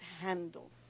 handle